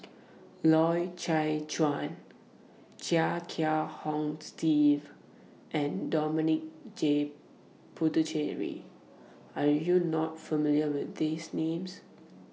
Loy Chye Chuan Chia Kiah Hong Steve and Dominic J Puthucheary Are YOU not familiar with These Names